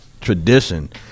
tradition